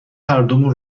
هردومون